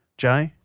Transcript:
jai?